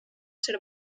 ser